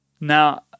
Now